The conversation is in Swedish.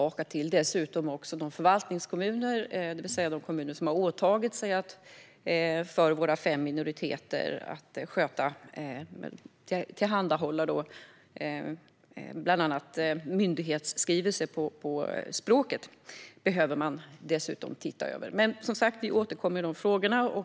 Man behöver dessutom se över förvaltningskommunerna, det vill säga de kommuner som har åtagit sig att för våra fem minoriteter tillhandahålla bland annat myndighetsskrivelser på respektive språk. Vi återkommer, som sagt, i dessa frågor.